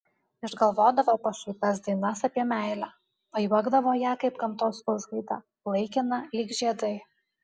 išgalvodavo pašaipias dainas apie meilę pajuokdavo ją kaip gamtos užgaidą laikiną lyg žiedai